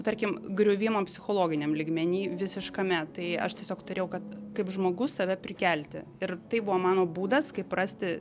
tarkim griuvimo psichologiniam lygmeny visiškame tai aš tiesiog turėjau kad kaip žmogus save prikelti ir tai buvo mano būdas kaip rasti